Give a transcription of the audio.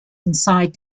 inside